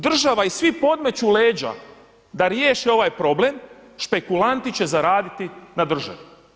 Država i svi podmeću leđa da riješe ovaj problem, špekulanti će zaraditi na državi.